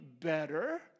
better